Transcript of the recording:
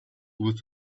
with